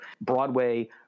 broadway